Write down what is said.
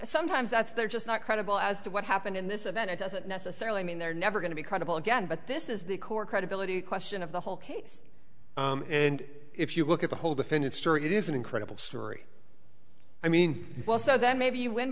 sometimes that's they're just not credible as to what happened in this event it doesn't necessarily mean they're never going to be credible again but this is the core credibility question of the whole case and if you look at the whole defendant's story it is an incredible story i mean well so then maybe